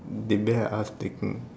the bear ask the king